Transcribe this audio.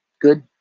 good